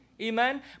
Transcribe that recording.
amen